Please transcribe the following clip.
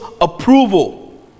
approval